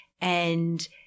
and-